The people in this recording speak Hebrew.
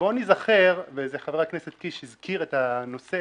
בוא ניזכר, וחבר הכנסת קיש הזכיר את הנושא